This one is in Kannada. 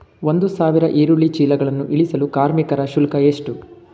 ಒಂದು ಸಾವಿರ ಈರುಳ್ಳಿ ಚೀಲಗಳನ್ನು ಇಳಿಸಲು ಕಾರ್ಮಿಕರ ಶುಲ್ಕ ಎಷ್ಟು?